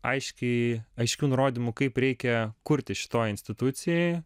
aiškiai aiškių nurodymų kaip reikia kurti šitoj institucijoj